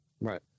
Right